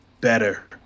better